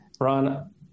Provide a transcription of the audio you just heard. Ron